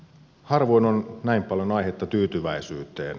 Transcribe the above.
harvoin on näin paljon aihetta tyytyväisyyteen